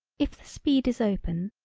if the speed is open,